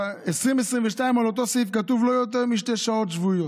ב-2022 על אותו סעיף כתוב: לא יותר משתי שעות שבועיות.